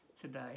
today